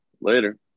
Later